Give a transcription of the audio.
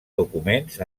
documents